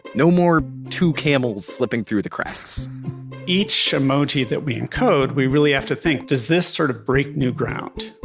no more two camels slipping through the cracks each emoji that we encode, we really have to think, does this sort of break new ground?